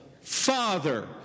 Father